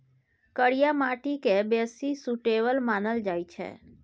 करिया माटि केँ बेसी सुटेबल मानल जाइ छै